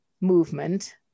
movement